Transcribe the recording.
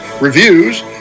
reviews